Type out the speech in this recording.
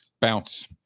Bounce